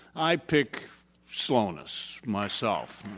i pick slowness, myself.